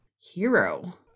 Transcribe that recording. hero